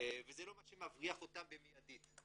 וזה לא מה שמבריח אותם במידית.